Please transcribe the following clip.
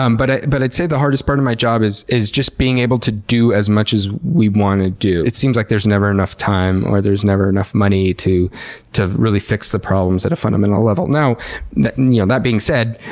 um but ah but i'd say the hardest part of my job is is just being able to do as much as we want to do. it seems like there's never enough time or there's never enough money to to really fix the problems at a fundamental level. that and you know that being said,